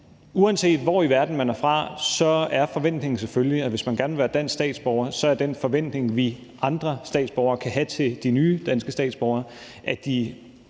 Uanset hvor i verden man er fra, er det selvfølgelig sådan, at hvis man gerne vil være dansk statsborger, er den forventning, vi andre statsborgere kan have til de nye danske statsborgere, at de